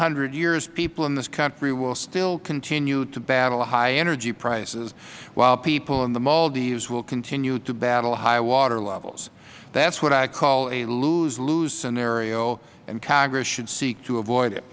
hundred years people in this country will still continue to battle high energy prices while people in the maldives will continue to battle high water levels that is what i call a lose lose scenario and congress should seek to avoid it